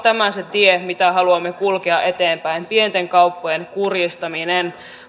tämä se tie mitä haluamme kulkea eteenpäin pienten kauppojen kurjistaminen